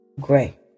gray